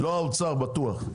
לא האוצר, בטוח.